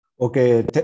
okay